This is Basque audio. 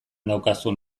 daukazun